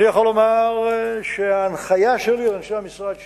אני יכול לומר שההנחיה שלי לאנשי המשרד שלי,